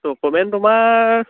document তোমাৰ